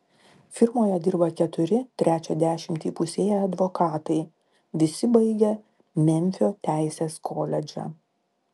firmoje dirba keturi trečią dešimtį įpusėję advokatai visi baigę memfio teisės koledžą